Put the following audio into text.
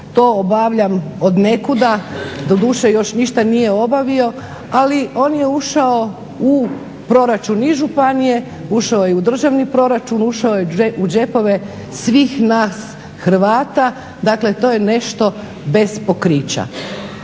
to obavljam od nekuda, doduše još ništa nije obavio ali on je ušao u proračun i županije ušao i u državni proračun ušao je u džepove svih nas Hrvata, dakle to je nešto bez pokrića.